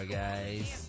guys